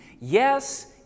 Yes